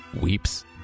Weeps